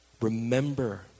remember